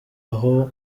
aho